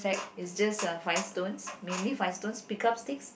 is just uh five stones mainly five stones pick up sticks